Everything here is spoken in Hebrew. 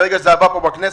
ברגע שזה עבר פה בכנסת,